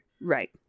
Right